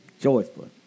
Joyful